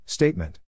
Statement